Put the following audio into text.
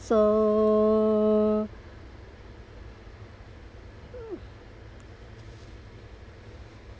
so